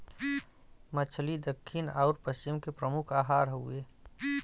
मछली दक्खिन आउर पश्चिम के प्रमुख आहार हउवे